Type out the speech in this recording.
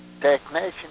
technician